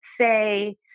say